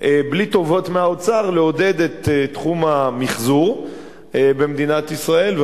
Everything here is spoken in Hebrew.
בלי טובות מהאוצר לעודד את תחום המיחזור במדינת ישראל.